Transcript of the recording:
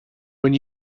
when